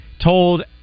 told